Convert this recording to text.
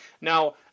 Now